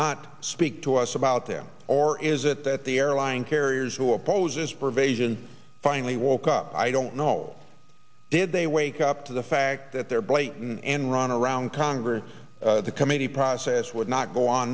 not speak to us about them or is it that the airline carriers who opposes pervasion finally woke up i don't know did they wake up to the fact that their blatant and run around congress the committee process would not go on